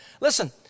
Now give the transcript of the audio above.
Listen